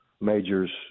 Majors